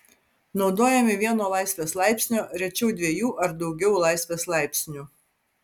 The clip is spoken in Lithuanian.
naudojami vieno laisvės laipsnio rečiau dviejų ar daugiau laisvės laipsnių